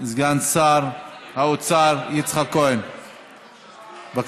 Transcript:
סגן שר האוצר יצחק כהן, בבקשה.